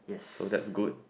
so that's good